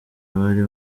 abari